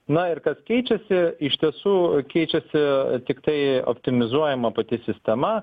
na ir kas keičiasi iš tiesų keičiasi tiktai optimizuojama pati sistema